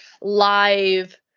live